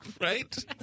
Right